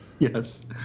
Yes